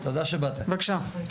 בבקשה.